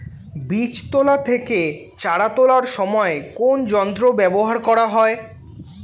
বীজ তোলা থেকে চারা তোলার সময় কোন যন্ত্র ব্যবহার করা হয়?